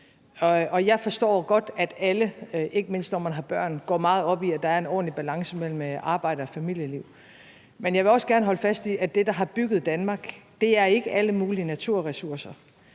mindst når man har børn, går meget op i, at der er en ordentlig balance mellem arbejde og familieliv. Men jeg vil også godt holde fast i, at det, der har bygget Danmark, ikke er alle mulige naturressourcer;